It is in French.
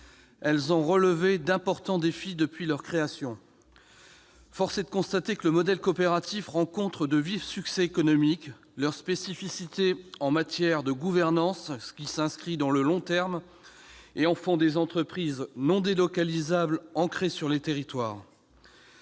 elles ont relevé d'importants défis depuis leur création. Force est de constater que le modèle coopératif rencontre de vifs succès économiques. Ses spécificités en matière de gouvernance, laquelle s'inscrit dans le long terme, en font des entreprises non délocalisables, ancrées dans les territoires.